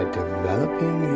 developing